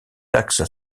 taxe